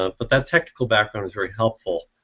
ah but that technical background was really helpful.